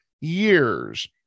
years